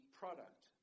product